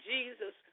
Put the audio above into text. Jesus